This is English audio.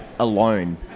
Alone